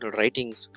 writings